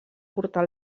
portar